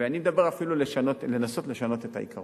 ואני מדבר אפילו על לנסות לשנות את העיקרון.